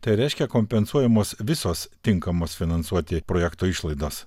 tai reiškia kompensuojamos visos tinkamos finansuoti projekto išlaidos